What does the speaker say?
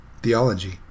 Theology